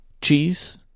cheese